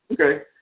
Okay